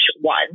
one